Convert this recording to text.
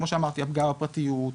כמו שאמרתי: הפגיעה בפרטיות,